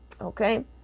okay